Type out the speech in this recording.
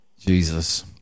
Jesus